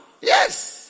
Yes